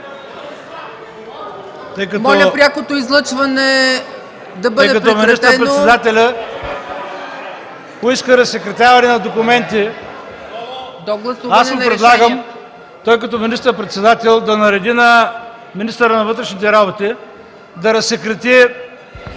Моля, прякото излъчване да бъде прекратено.